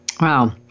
Wow